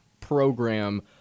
program